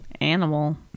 animal